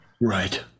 Right